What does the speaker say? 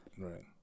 Right